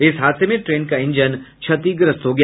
इस हादसे में ट्रेन का इंजन क्षतिग्रस्त हो गया